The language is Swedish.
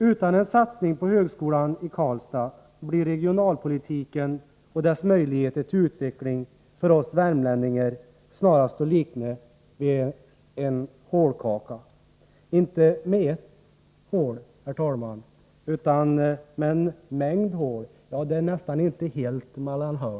Utan en satsning på högskolan i Karlstad 24 maj 1984 blir regionalpolitiken och dess möjligheter till utveckling för oss värmlänningar snarast att likna vid en hålkaka, inte med ett hål, herr talman, utan Vissa anslag till med en mängd hål — ja, det är etta inte helt mellan hålen.